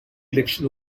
election